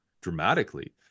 dramatically